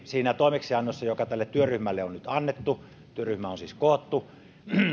siinä toimeksiannossa joka tälle työryhmälle on nyt annettu työryhmä on siis koottu